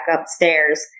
upstairs